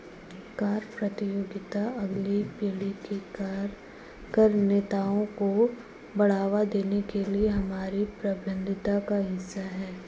कर प्रतियोगिता अगली पीढ़ी के कर नेताओं को बढ़ावा देने के लिए हमारी प्रतिबद्धता का हिस्सा है